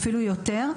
אפילו יותר,